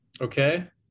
Okay